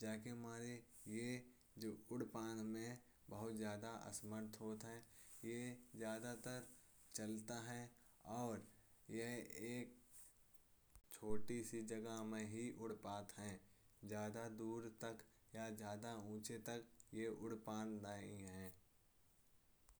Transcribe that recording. इसलिए यह जो उड़ने में बहुत ज्यादा असमर्थ होती है। यह ज्यादा तर चलती है और यह एक छोटी सी जगह में ही उड़ पाती है। ज्यादा दूर तक या ज्यादा दूर तक ये नहीं उड़ पाती है।